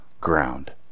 ground